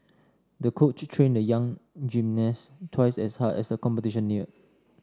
the coach trained the young gymnast twice as hard as the competition neared